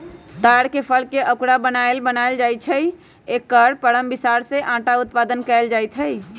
तार के फलके अकूरा बनाएल बनायल जाइ छै आ एकर परम बिसार से अटा उत्पादन कएल जाइत हइ